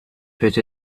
put